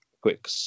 quick